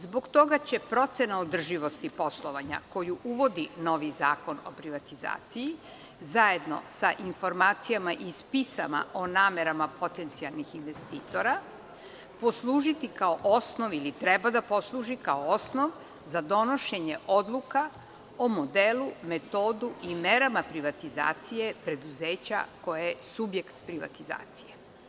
Zbog toga će procena održivosti poslovanja, koju uvodi novi zakon o privatizaciji, zajedno sa informacijama iz pisama o namerama potencijalnih investitora, poslužiti kao osnov ili treba da posluži kao osnov za donošenje odluka o modelu, metodu i merama privatizacije preduzeća koje je subjekt privatizacije.